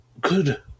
good